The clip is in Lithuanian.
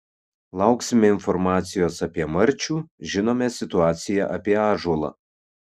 lauksime informacijos apie marčių žinome situaciją apie ąžuolą